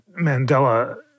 Mandela